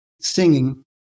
singing